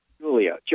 Julia